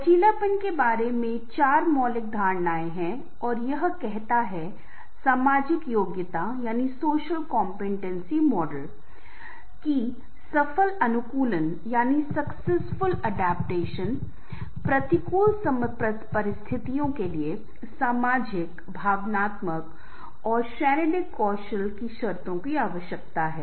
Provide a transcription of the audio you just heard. लचीलापन के बारे में चार मौलिक धारणाएँ हैं और यह कहता है सामाजिक योग्यता मॉडल बोलता है कि सफल अनुकूलन प्रतिकूल परिस्थितियों के लिए सामाजिक भावनात्मक और शैक्षणिक कौशल की शर्तों की आवश्यकता है